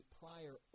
prior